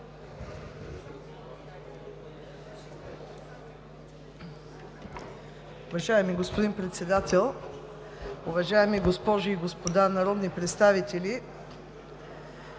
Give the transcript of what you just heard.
Уважаеми господин Председател, уважаеми дами и господа народни представители!